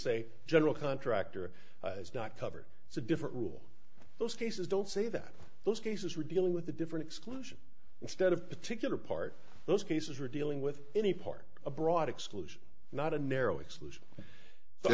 say general contractor is not covered it's a different rule those cases don't say that those cases we're dealing with a different exclusion instead of particular part those cases are dealing with any part of broad exclusion not a narrow exclusion